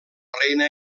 reina